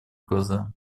глаза